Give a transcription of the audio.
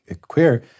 queer